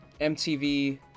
mtv